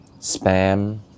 spam